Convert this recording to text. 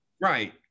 Right